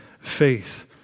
faith